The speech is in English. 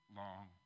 long